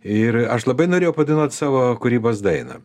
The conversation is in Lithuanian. ir aš labai norėjau padainuot savo kūrybos dainą